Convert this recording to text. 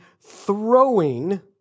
throwing